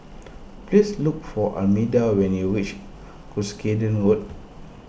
please look for Armida when you reach Cuscaden Road